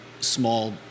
small